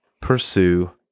pursue